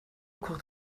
kocht